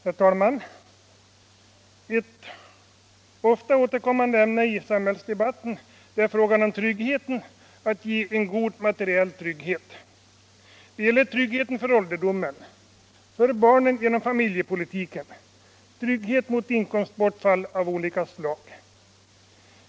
Herr talman! Ett ofta återkommande ämne i samhällsdebatten är frågan om tryggheten, att ge en god materiell trygghet. Det gäller tryggheten för ålderdomen, för barnen genom familjepolitiken och trygghet mot ihkomstbortfall av olika slag.